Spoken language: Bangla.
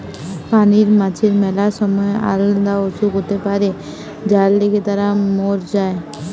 পানির মাছের ম্যালা সময় আলদা অসুখ হতে পারে যার লিগে তারা মোর যায়